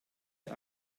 der